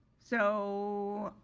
so,